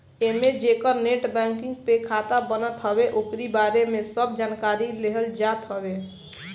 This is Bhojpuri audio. एमे जेकर नेट बैंकिंग पे खाता बनत हवे ओकरी बारे में सब जानकारी लेहल जात हवे